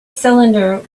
cylinder